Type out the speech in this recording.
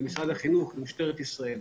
למשרד החינוך או משטרת ישראל.